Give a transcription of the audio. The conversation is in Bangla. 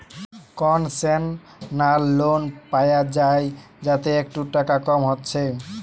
কোনসেশনাল লোন পায়া যায় যাতে একটু টাকা কম হচ্ছে